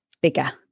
bigger